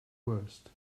worst